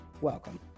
welcome